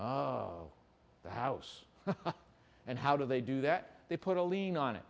the house and how do they do that they put a lien on it